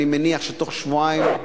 אני מניח שתוך שבועיים,